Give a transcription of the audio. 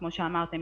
כמו שאמרתם,